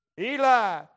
Eli